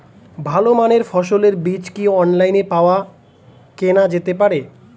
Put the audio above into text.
ভালো মানের ফসলের বীজ কি অনলাইনে পাওয়া কেনা যেতে পারে?